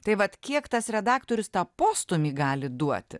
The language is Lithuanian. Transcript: tai vat kiek tas redaktorius tą postūmį gali duoti